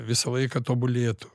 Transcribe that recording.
visą laiką tobulėtų